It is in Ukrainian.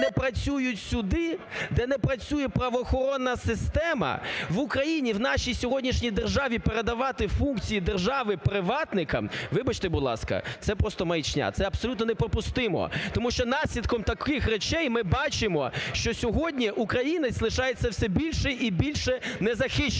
де не працюють суди, де не працює правоохоронна система в Україні, в нашій сьогоднішній державі передавати функції держави приватникам, вибачте, будь ласка, це просто маячня, це абсолютно неприпустимо тому що наслідком таких речей ми бачимо, що сьогодні українець лишається все більше і більше незахищеним.